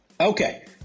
Okay